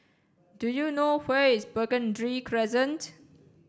do you know where is Burgundy Crescent